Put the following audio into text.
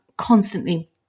Constantly